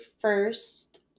first